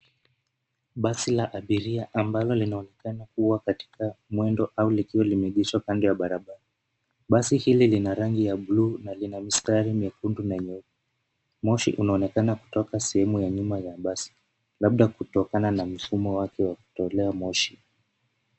Basi la abiria ambalo linaonekana kuwa katika mwendo au likiwa limeegeshwa kando ya barabara. Basi hili lina rangi ya bluu na lina mistari miekundu na nyeupe. Moshi unaonekana kutoka sehemu ya nyuma ya basi, labda kutokana na mifumo wake wa kutolea moshi.